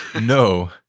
No